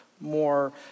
more